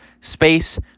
space